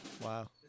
Wow